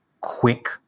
quick